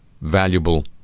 valuable